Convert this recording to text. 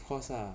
of course lah